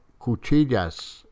Cuchillas